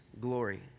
glory